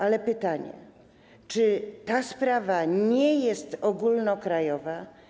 Ale pytanie: Czy ta sprawa nie jest ogólnokrajowa?